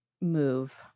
move